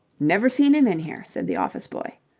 never seen him in here, said the office-boy.